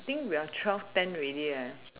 I think we are twelve ten already